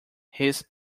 his